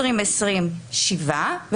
ב-2020 שבעה אנשים,